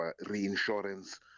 reinsurance